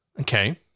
Okay